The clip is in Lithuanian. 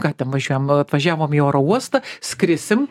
ką ten važiuojam atvažiavom į oro uostą skrisim